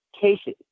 cases